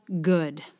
good